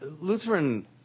Lutheran